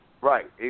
right